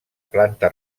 planta